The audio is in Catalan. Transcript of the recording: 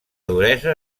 duresa